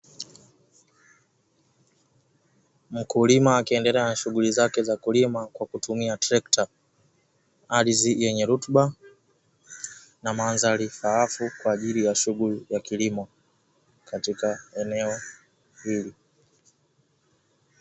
Mkulima akiendelea na shughuli zake za kulima kwa kutumia trekta ardhi yenye rutuba na mandhari faafu kwa ajili ya shughuli ya kilimo katika eneo hili.